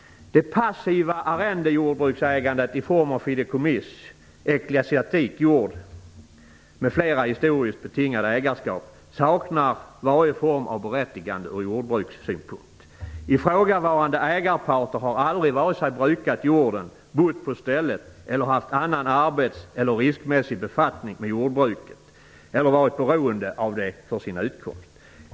Det passiva arrendejordbruksägandet i form av fideikommiss, ecklesiastik jord m.fl. historiskt betingade ägarskap saknar varje form av berättigande från jordbrukssynpunkt. Ifrågavarande ägarparter har aldrig vare sig brukat jorden, bott på stället eller haft annan arbets eller riskmässig befattning med jordbruket eller varit beroende av det för sin utkomst.